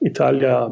Italia